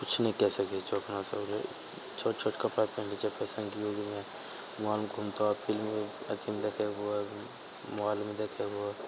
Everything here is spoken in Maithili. किछु नहि कए सकय छौ अपना सब छोट छोट कपड़ा पिन्ह लै छै फैशनके युगमे मॉल घुमतऽ फिल्म अथी देखयके हुअ मॉलमे देखय हुअ